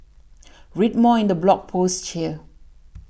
read more in the blog post here